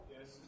Yes